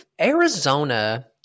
Arizona